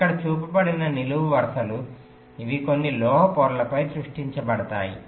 ఇక్కడ చూపబడిన నిలువు వరుసలు ఇవి కొన్ని లోహ పొరలపై సృష్టించబడతాయి